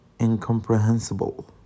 incomprehensible